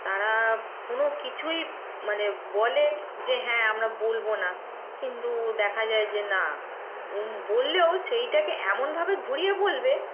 তারা কোনো কিচুই মানে বলে যে হ্যাঁ আমরা বলব না কিন্তু দেখা যায় যে না বললেও সেইটাকে এমনভাবে ঘুরিয়ে বলবে